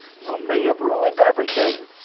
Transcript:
you may have ruined everything